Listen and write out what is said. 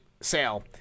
sale